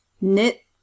knit